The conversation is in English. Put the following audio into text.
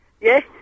Yes